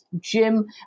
Jim